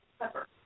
pepper